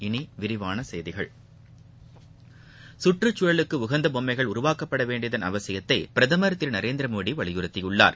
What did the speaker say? இனி விரிவான செய்திகள் கற்றுச்சூழலுக்கு உகந்த பொம்மைகள் உருவாக்கப்பட வேண்டியதன் அவசியத்தை பிரதம் திரு நரேந்திரமோடி வலியுறுத்தியுள்ளார்